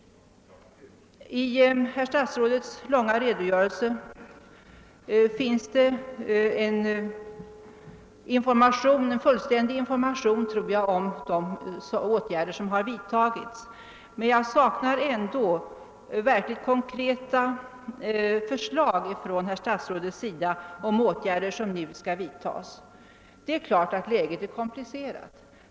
I utrikesministerns långa redogörelse finns det en — som jag tror — fullständig redogörelse för de åtgärder som har vidtagits. Men jag saknar ändå verkligt konkreta förslag från utrikesministerns sida om åtgärder som nu skall vidtagas. Det är klart att läget är komplicerat.